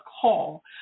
call